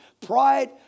pride